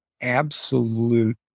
absolute